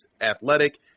athletic